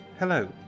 hello